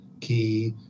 key